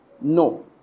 No